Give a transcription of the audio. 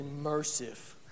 immersive